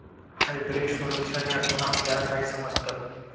Hybrid सुरक्षा यातून आपल्याला काय समजतं?